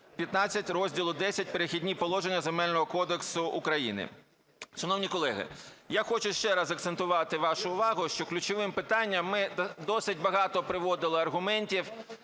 15 Розділу Х "Перехідні положення" Земельного кодексу України".